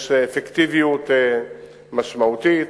יש אפקטיביות משמעותית.